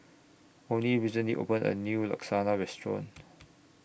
Onie recently opened A New Lasagna Restaurant